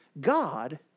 God